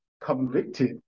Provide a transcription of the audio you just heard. convicted